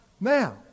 Now